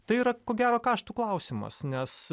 tai yra ko gero kaštų klausimas nes